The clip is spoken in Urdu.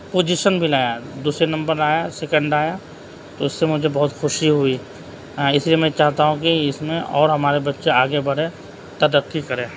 پوزیشن بھی لایا دوسرے نمبر آیا سیکنڈ آیا تو اس سے مجھے بہت خوشی ہوئی اس لیے میں چاہتا ہوں کہ اس میں اور ہمارا بچّہ آگے بڑھے ترقّی کرے